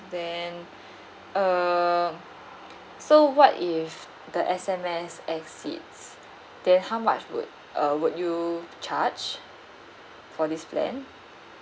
then err so what if the S_M_S exceeds then how much would uh would you charge for this plan